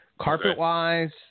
Carpet-wise